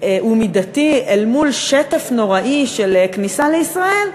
הוא מידתי אל מול שטף נוראי של כניסה לישראל,